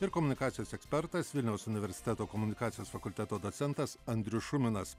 ir komunikacijos ekspertas vilniaus universiteto komunikacijos fakulteto docentas andrius šuminas